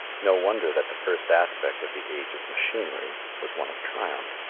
no wonder that the first aspect of the age of machinery was one of triumph.